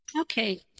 Okay